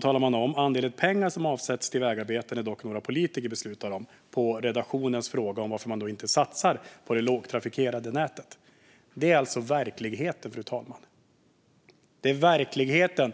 talar man om att andelen pengar som avsätts till vägarbeten är något som politiker beslutar om som svar på redaktionens fråga om varför man inte satsar på det lågtrafikerade nätet. Det här är alltså verkligheten, fru talman. Det är verkligheten.